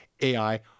AI